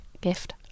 gift